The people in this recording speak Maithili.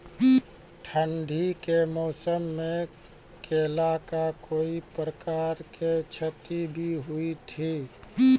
ठंडी के मौसम मे केला का कोई प्रकार के क्षति भी हुई थी?